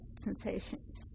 sensations